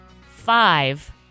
Five